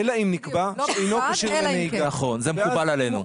זה מקובל עלינו.